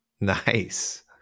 Nice